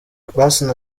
asinah